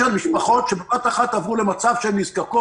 יש היום משפחות שבבת אחת עברו למצב שהן נזקקות.